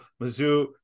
Mizzou